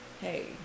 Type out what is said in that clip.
hey